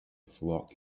flock